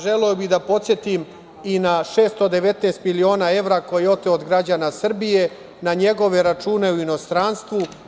Želeo bih da podsetim i na 619 miliona evra koje je oteo od građana Srbije, na njegove račune u inostranstvu.